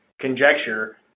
conjecture